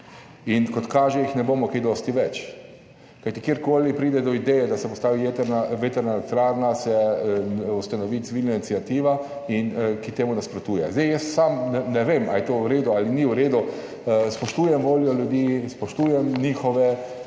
Kot kaže, jih ne bomo več kaj dosti, kajti kjerkoli pride do ideje, da se postavi jedrna vetrna elektrarna, se ustanovi civilna iniciativa, ki temu nasprotuje. Jaz sam ne vem, ali je to v redu ali ni v redu. Spoštujem voljo ljudi, spoštujem njihove